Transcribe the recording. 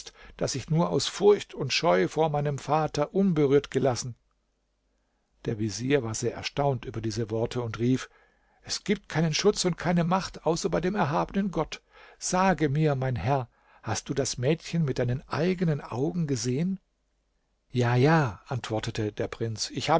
das ich nur aus furcht und scheu vor meinem vater unberührt gelassen der vezier war sehr erstaunt über diese worte und rief es gibt keinen schutz und keine macht außer bei dem erhabenen gott sage mir mein herr hast du das mädchen mit deinen eigenen augen gesehen ja ja antwortete der prinz